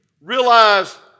realize